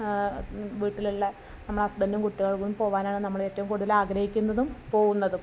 വീട്ടിലുള്ള നമ്മളെ ഹസ്ബൻ്റും കുട്ടികൾക്കും പോവാനാണ് നമ്മൾ ഏറ്റവും കൂടുതൽ ആഗ്രഹിക്കുന്നതും പോവുന്നതും